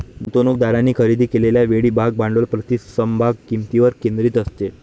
गुंतवणूकदारांनी खरेदी केलेल्या वेळी भाग भांडवल प्रति समभाग किंमतीवर केंद्रित असते